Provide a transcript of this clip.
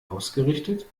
ausgerichtet